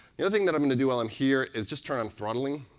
the other thing that i'm going to do while i'm here is just turn on throttling.